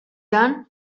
done